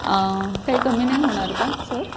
काही कमी नाही होणार का सर